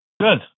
Good